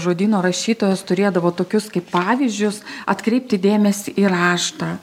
žodyno rašytojas turėdavo tokius kaip pavyzdžius atkreipti dėmesį į raštą